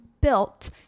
built